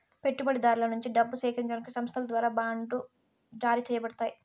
పెట్టుబడిదారుల నుండి డబ్బు సేకరించడానికి సంస్థల ద్వారా బాండ్లు జారీ చేయబడతాయి